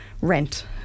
Rent